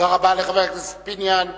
תודה רבה לחבר הכנסת פיניאן.